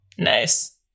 Nice